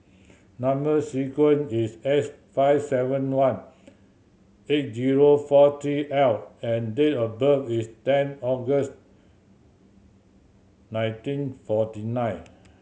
number sequence is S five seven one eight zero four three L and date of birth is ten August nineteen forty nine